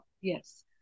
Yes